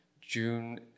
June